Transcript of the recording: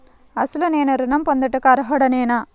అసలు నేను ఋణం పొందుటకు అర్హుడనేన?